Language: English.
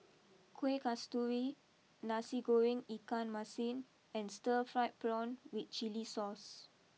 Kuih Kasturi Nasi GorengIkan Masin and Stir Fried Prawn with Chili Sauce